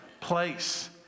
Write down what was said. place